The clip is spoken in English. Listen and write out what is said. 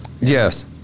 Yes